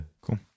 cool